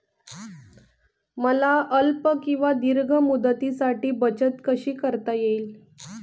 मला अल्प किंवा दीर्घ मुदतीसाठी बचत कशी करता येईल?